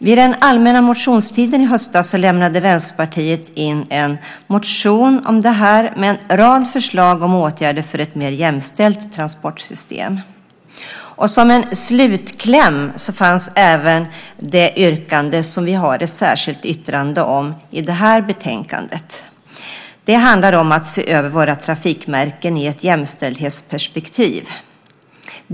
Vid den allmänna motionstiden i höstas lämnade Vänsterpartiet in en motion om det här med en rad förslag om åtgärder för ett mer jämställt transportsystem. Och som en slutkläm fanns även det yrkande som vi har ett särskilt yttrande om i det här betänkandet. Det handlar om att se över våra trafikmärken i ett jämställdhetsperspektiv.